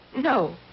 no